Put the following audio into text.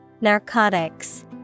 Narcotics